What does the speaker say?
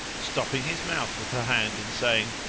stopping his mouth with her hand and saying,